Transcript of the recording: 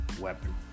weapon